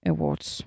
Awards